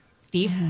Steve